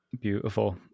Beautiful